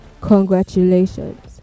congratulations